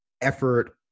effort